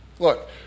Look